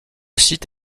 site